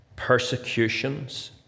Persecutions